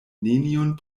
neniun